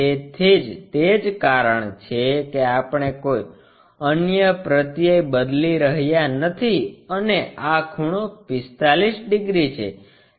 તેથી તે જ કારણ છે કે આપણે કોઈ અન્ય પ્રત્યય બદલી રહ્યા નથી અને આ ખૂણો 45 ડિગ્રી છે